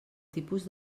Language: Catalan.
tipus